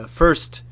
first